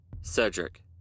Cedric